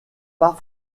pas